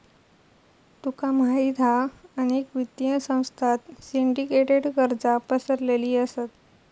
तुका माहित हा अनेक वित्तीय संस्थांत सिंडीकेटेड कर्जा पसरलेली असत